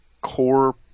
core